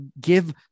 give